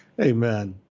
Amen